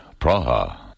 Praha